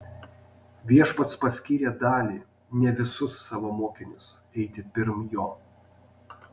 viešpats paskyrė dalį ne visus savo mokinius eiti pirm jo